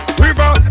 river